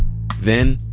then,